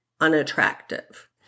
unattractive